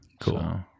Cool